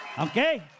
okay